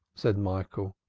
said michael.